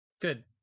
good